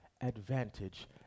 advantage